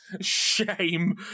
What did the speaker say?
Shame